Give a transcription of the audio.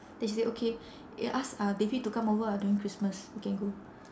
then she say okay ya ask uh devi to come over ah during christmas we can go